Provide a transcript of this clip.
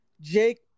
Jake